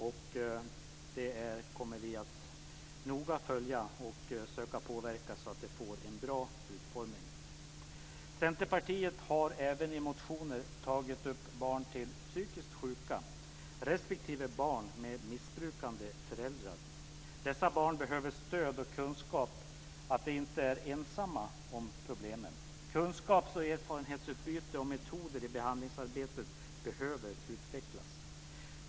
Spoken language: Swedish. Det kommer vi att noga följa och söka påverka så att det får en bra utformning. Centerpartiet har även i motioner tagit upp barn till psykiskt sjuka respektive barn med missbrukande föräldrar. Dessa barn behöver stöd och kunskap om att de inte är ensamma om problemen. Kunskaps och erfarenhetsutbyte och metoder i behandlingsarbetet behöver utvecklas.